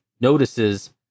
notices